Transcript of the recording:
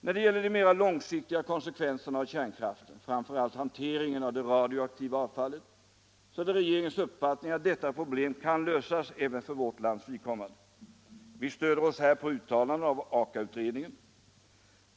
När det gäller de mera långsiktiga konsekvenserna av kärnkraften, framför allt hanteringen av det radioaktiva avfallet, så är det regeringens uppfattning att detta problem kan lösas även för vårt lands vidkommande. Vi stöder oss här på uttalanden från Aka-utredningen.